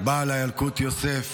בעל הילקוט יוסף,